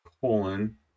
colon